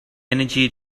energy